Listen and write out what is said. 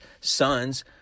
sons